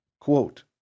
Quote